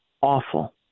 awful